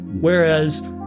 Whereas